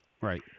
Right